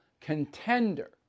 contender